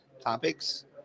topics